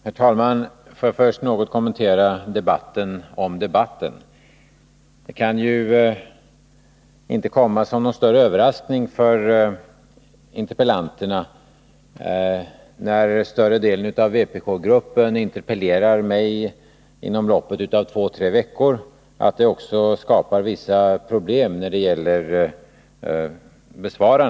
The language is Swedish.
Herr talman! Får jag först något kommentera debatten om debatten. Det kan ju inte komma som någon överraskning för interpellanterna att det blir vissa problem med besvarandet av interpellationerna, när större delen av vpk-gruppen interpellerar mig inom loppet av två tre veckor.